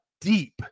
deep